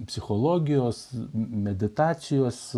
psichologijos meditacijos